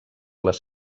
les